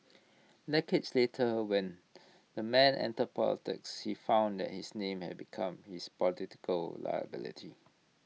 decades later when the man entered politics he found that his name had become his political liability